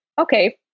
okay